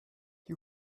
you